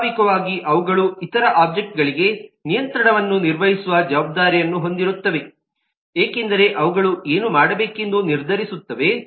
ಸ್ವಾಭಾವಿಕವಾಗಿ ಅವುಗಳು ಇತರ ಒಒಬ್ಜೆಕ್ಟ್ಗಳಿಗೆ ನಿಯಂತ್ರಣವನ್ನು ನಿರ್ವಹಿಸುವ ಜವಾಬ್ದಾರಿಯನ್ನು ಹೊಂದಿರುತ್ತವೆ ಏಕೆಂದರೆ ಅವುಗಳು ಏನು ಮಾಡಬೇಕೆಂದು ನಿರ್ಧರಿಸುತ್ತವೆ